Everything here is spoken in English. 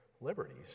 liberties